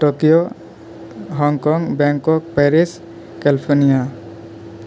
Tokyo Hong Kong Bangkok Paris California